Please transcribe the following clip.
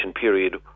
period